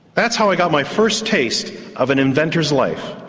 that's how i got my first taste of an inventor's life,